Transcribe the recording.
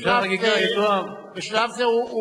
אדוני, בשלב זה, יתואם.